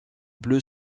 bleue